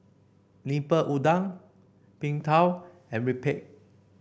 Lemper Udang Png Tao and rempeyek